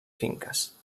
finques